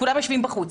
כולם יושבים בחוץ,